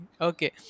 Okay